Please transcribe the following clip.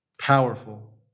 Powerful